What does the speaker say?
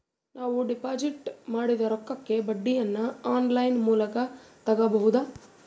ನಾವು ಡಿಪಾಜಿಟ್ ಮಾಡಿದ ರೊಕ್ಕಕ್ಕೆ ಬಡ್ಡಿಯನ್ನ ಆನ್ ಲೈನ್ ಮೂಲಕ ತಗಬಹುದಾ?